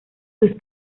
sus